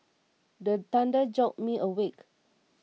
the thunder jolt me awake